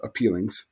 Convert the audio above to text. appealings